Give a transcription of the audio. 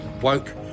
woke